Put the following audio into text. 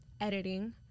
editing